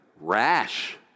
Rash